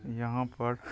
यहाँपर